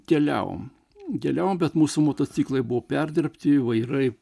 keliavom keliavom bet mūsų motociklai buvo perdirbti vairai